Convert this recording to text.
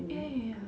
ya ya ya